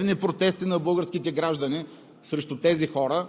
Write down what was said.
400 дни или над година, около година, тежки, ежедневни протести на българските граждани срещу тези хора,